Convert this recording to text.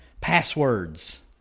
passwords